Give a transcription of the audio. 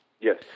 Yes